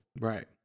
Right